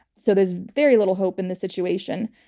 so there's very little hope in this situation.